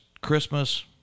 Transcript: Christmas